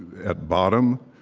at bottom,